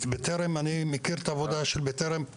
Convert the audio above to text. בטרם אני מכיר את העבודה של בטרם,